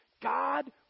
God